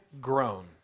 grown